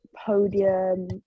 podium